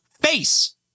face